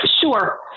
Sure